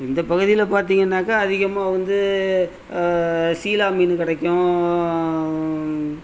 இந்த பகுதியில பார்த்தீங்கன்னாக்கா அதிகமாக வந்து சீலா மீன் கிடைக்கும்